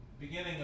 beginning